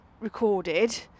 recorded